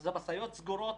אלה משאיות סגורות.